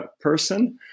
person